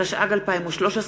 התשע"ג 2013,